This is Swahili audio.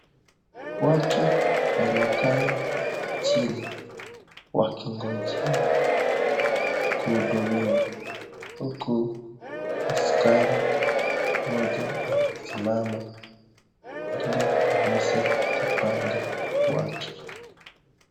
Watu wamekaa chini wakingojea kuhudumiwa huku askari mmoja amesimama ili aweze kupanga watu.